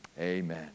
Amen